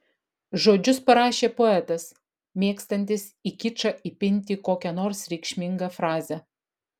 žodžius parašė poetas mėgstantis į kičą įpinti kokią nors reikšmingą frazę